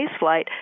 spaceflight